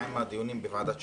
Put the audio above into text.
מה עם הדיונים בוועדת השחרורים?